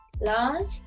lunch